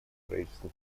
правительству